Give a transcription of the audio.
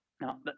Now